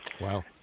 Wow